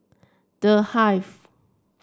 The Hive